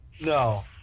No